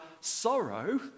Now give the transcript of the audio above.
sorrow